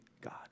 God